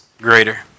greater